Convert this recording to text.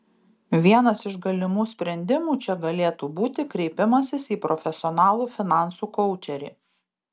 vienas iš galimų sprendimų čia galėtų būti kreipimasis į profesionalų finansų koučerį